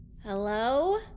hello